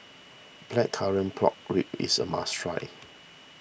Blackcurrant Plonk Ribs is a must try